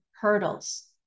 hurdles